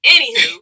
Anywho